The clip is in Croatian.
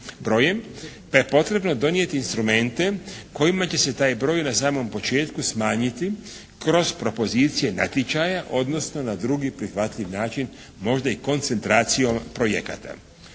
pa je potrebno donijeti instrumente kojima će se taj broj na samom početku smanjiti kroz propozicije natječaja, odnosno na drugi prihvatljiv način možda i koncentracijom projekata.